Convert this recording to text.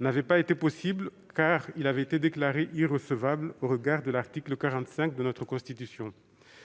n'a pas été possible, car cet amendement a été déclaré irrecevable au regard de l'article 45 de notre Constitution.